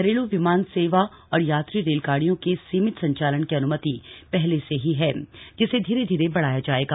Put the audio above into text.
घरेलू विमान सेवा और यात्री रेलगाड़ियों के सीमित संचालन की अनुमति पहले से ही है जिसे धीरे धीरे बढ़ाया जाएगा